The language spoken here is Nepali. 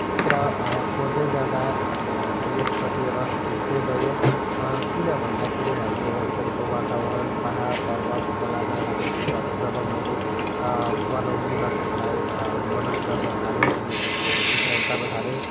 चित्र कोर्दैजाँदा यसप्रति रस भिझ्दै गयो किनभन्दा खेरि हाम्रो वरिपरिको वातावरण पहाड पर्वत खोला नालाको चित्रहरूको जब मैले बनाउनु र त्यसलाई मनन् गर्न थालेँ अनि त्यसको चित्र उतार्न थालेँ